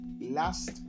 last